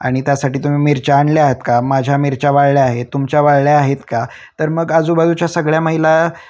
आणि त्यासाठी तुम्ही मिरच्या आणल्या आहात का माझ्या मिरच्या वाळल्या आहेत तुमच्या वाळल्या आहेत का तर मग आजूबाजूच्या सगळ्या महिला